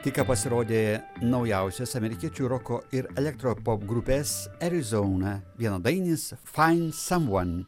tik ką pasirodė naujausias amerikiečių roko ir elektro popgrupės erizona vienadainis fain samvon